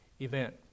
event